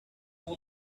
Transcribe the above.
will